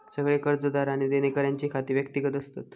सगळे कर्जदार आणि देणेकऱ्यांची खाती व्यक्तिगत असतत